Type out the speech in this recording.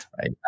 right